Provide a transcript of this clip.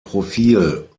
profil